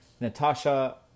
natasha